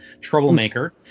troublemaker